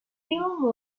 film